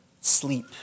sleep